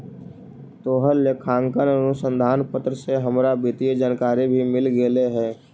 तोहर लेखांकन अनुसंधान पत्र से हमरा वित्तीय जानकारी भी मिल गेलई हे